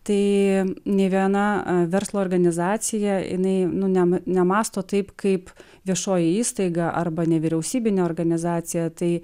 tai nė viena verslo organizacija jinai nu nemąsto taip kaip viešoji įstaiga arba nevyriausybinė organizacija tai